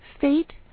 Fate